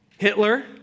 Hitler